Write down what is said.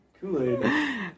Kool-Aid